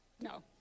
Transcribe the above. no